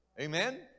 Amen